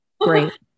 Great